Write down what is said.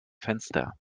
fenster